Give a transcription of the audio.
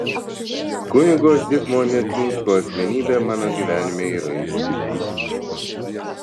kunigo zigmo neciunsko asmenybė mano gyvenime yra išskirtinė